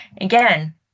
again